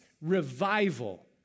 revival